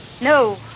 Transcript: no